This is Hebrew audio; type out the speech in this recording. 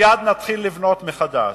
מייד נתחיל לבנות מחדש.